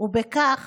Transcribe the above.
ובכך